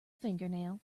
fingernail